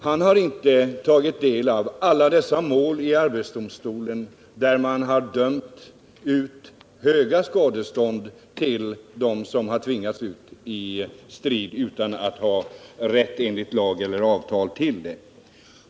Han har inte tagit del av alla dessa mål i arbetsdomstolen där man har dömt ut höga skadestånd av dem som har tvingats ut i strid utan att ha rätt enligt lag eller avtal till det.